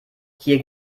hier